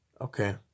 Okay